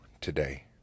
today